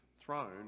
throne